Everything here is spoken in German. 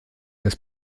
des